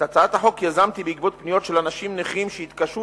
את הצעת החוק יזמתי בעקבות פניות של אנשים נכים שהתקשו